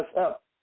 up